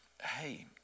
hey